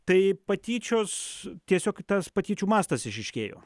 tai patyčios tiesiog tas patyčių mastas išryškėjo